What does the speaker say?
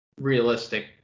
realistic